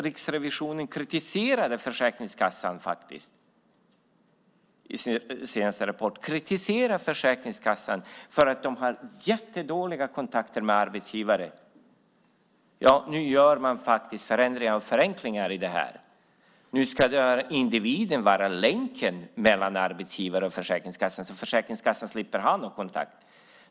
Riksrevisionen kritiserade faktiskt Försäkringskassan i sin senaste rapport för att de har jättedåliga kontakter med arbetsgivare. Nu gör man förändringar och förenklingar i det. Nu ska individen vara länken mellan arbetsgivare och Försäkringskassan, så Försäkringskassan slipper ha någon kontakt.